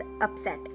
upset